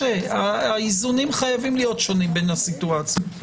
האיזונים חייבים להיות שונים בין המצבים.